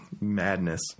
madness